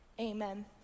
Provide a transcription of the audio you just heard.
amen